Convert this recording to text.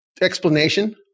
explanation